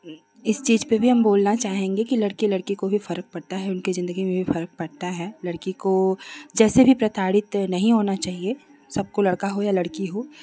हूँ इस चीज़ पर भी हम बोलना चाहेंगे कि लड़के लड़की को भी फ़र्क़ पड़ता है उनके ज़िन्दगी में भी फ़र्क़ पड़ता है लड़की को जैसे भी प्रताड़ित नहीं होना चाहिए सबको लड़का हो या लड़की हो